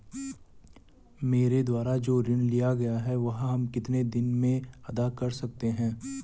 मेरे द्वारा जो ऋण लिया गया है वह हम कितने साल में अदा कर सकते हैं?